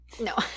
No